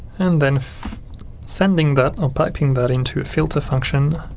and then sending that or piping that into a filter function